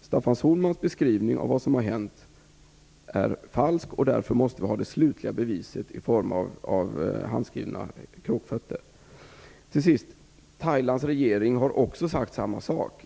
Staffan Sohlmans beskrivning av vad som har hänt är falsk, och därför måste vi ha det slutliga beviset i form av handskrivna kråkfötter. Till sist: Birger Schlaug säger att Thailands regering också har sagt samma sak.